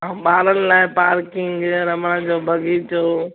बारनि लाइ पार्किंग रमण जो बगीचो